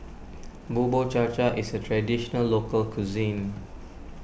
Bubur Cha Cha is a Traditional Local Cuisine